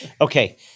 Okay